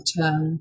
term